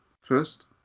first